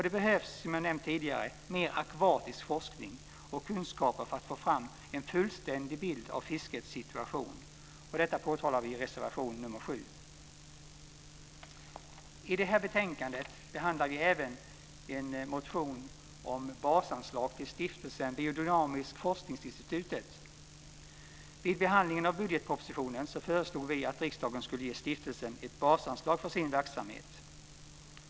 Det behövs, som jag nämnt tidigare, mer akvatisk forskning och kunskap för att få fram en fullständig bild av fiskets situation. Detta påtalar vi i reservation nr 7. I det här betänkandet behandlar vi även en motion om basanslag till Stiftelsen Biodynamiska forskningsinstitutet. Vid behandlingen av budgetpropositionen föreslog vi att riksdagen skulle ge stiftelsen ett basanslag för dess verksamhet.